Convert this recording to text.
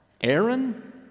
Aaron